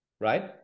right